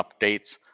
updates